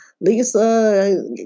Lisa